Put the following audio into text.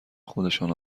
خودشان